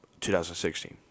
2016